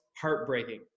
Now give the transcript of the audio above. heartbreaking